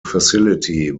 facility